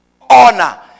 honor